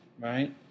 right